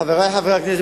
חברי חברי הכנסת,